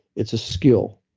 it's a skill.